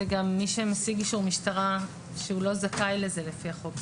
זה גם מי שמשיג אישור משטרה כשהוא לא זכאי לזה לפי החוק.